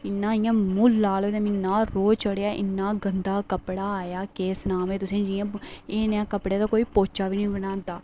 इन्ना इयां मूंह् लाल होऐ दा इन्ना रोह् चढ़ेआ इन्ना गंदा कपड़ा आया केह् सनांऽ में तुसेंगी जियां आई नया कपड़ा ते कोई पोचा बी नी बनांदा